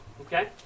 Okay